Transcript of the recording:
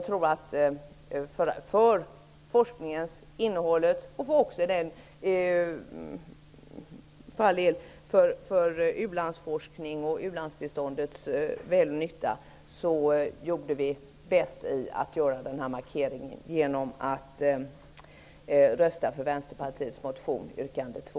För innehållet i forskningen, för ulandsforskningen och u-landsbiståndet, tror jag att vi gör bäst i att göra den här markeringen genom att rösta för Vänsterpartiets motion, yrkande 2.